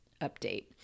update